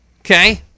Okay